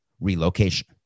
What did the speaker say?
relocation